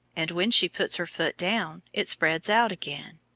and when she puts her foot down, it spreads out again.